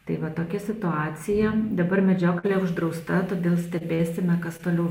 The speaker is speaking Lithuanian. tai va tokia situacija dabar medžioklė uždrausta todėl stebėsime kas toliau